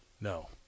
no